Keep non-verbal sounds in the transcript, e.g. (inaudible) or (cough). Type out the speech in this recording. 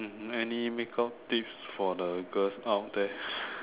hmm any makeup tips for the girls out there (laughs)